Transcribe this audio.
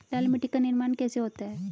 लाल मिट्टी का निर्माण कैसे होता है?